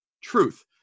truth